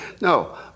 No